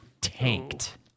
tanked